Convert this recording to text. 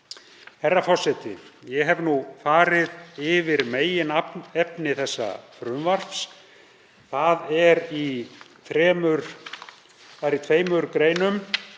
Herra forseti. Ég hef nú farið yfir meginefni þessa frumvarps. Það er í tveimur greinum